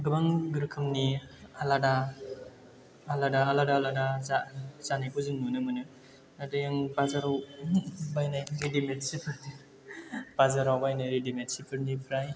गोबां रोखोमनि आलादा आलादा आलादा आलादा जानायखौ जों नुनो मोनो आरो जों बाजाराव बायनाय रेडिमेद सिफोर बाजाराव बायनाय रेडिमेद सिफोरनिफ्राय